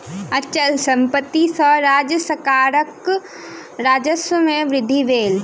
अचल संपत्ति सॅ राज्य सरकारक राजस्व में वृद्धि भेल